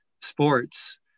sports